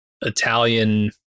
Italian